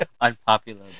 Unpopular